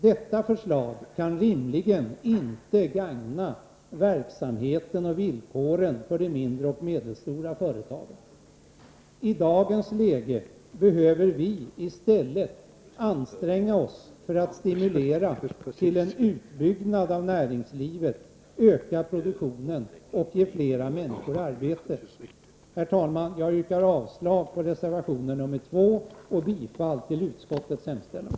Detta förslag kan rimligen inte gagna verksamheten och villkoren för de mindre och medelstora företagen. I dagens läge behöver vi i stället anstränga oss för att stimulera till en utbyggnad av näringslivet, till ökad produktion och till flera arbetstillfällen för människorna. Herr talman! Jag yrkar avslag på reservationen nr 2 och bifall till utskottets hemställan.